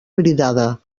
vidrada